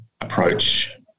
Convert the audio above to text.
approach